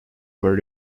were